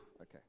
okay